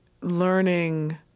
learning